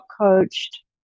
coached